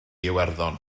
iwerddon